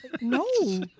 No